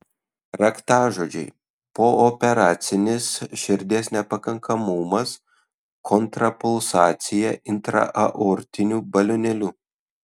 raktažodžiai pooperacinis širdies nepakankamumas kontrapulsacija intraaortiniu balionėliu